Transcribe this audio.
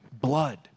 blood